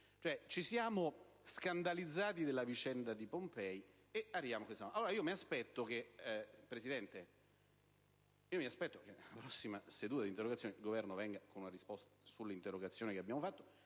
Ci siamo scandalizzati della vicenda di Pompei, e arriviamo a questo.